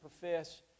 profess